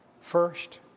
first